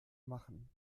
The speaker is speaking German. machen